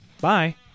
Bye